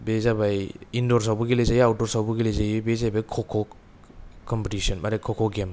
बे जाबाय इन्दरस आवबो गेलाजायो आवदरस आवबो गेलेजायो बे जाहैबाय ख'ख' कम्फिटिसन माने ख'ख' गेम